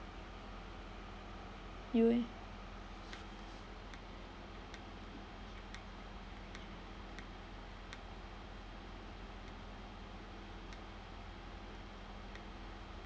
you eh